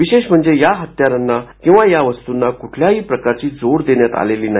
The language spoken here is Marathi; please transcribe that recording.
विशेष म्हणजे या हत्यारांना किंवा या वस्तूंना कुठल्याही प्रकारची जोड देण्यात आलेली नाही